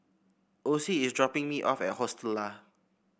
Ocie is dropping me off at Hostel Lah